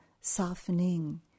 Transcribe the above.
softening